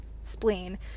spleen